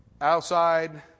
Outside